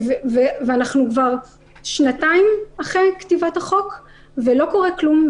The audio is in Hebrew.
ואנחנו כבר שנתיים אחרי כתיבת החוק ולא קורה כלום,